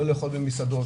לא לאכול במסעדות,